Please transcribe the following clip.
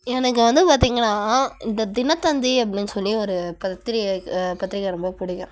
எனக்கு வந்து பார்த்திங்கன்னா இந்த தினத்தந்தி அப்படினு சொல்லி ஒரு பத்திரிக்கை பத்திரிக்கை ரொம்ப பிடிக்கும்